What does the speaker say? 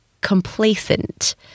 complacent